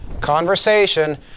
conversation